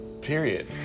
Period